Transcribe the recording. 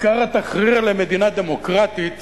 וכיכר התחריר למדינה דמוקרטית